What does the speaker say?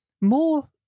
more